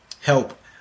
help